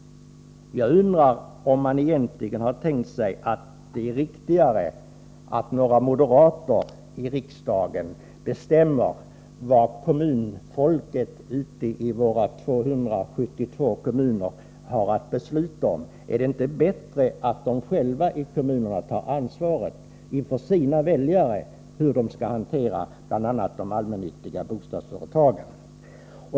Jag undrar om man egentligen tänker sig att det är riktigare att några moderater i riksdagen bestämmer vad kommunfolket ute i våra 272 kommuner har att besluta om. Är det inte bättre att man i kommunerna själv tar ansvaret inför sina väljare för hur man hanterar bl.a. de allmännyttiga bostadsföretagen?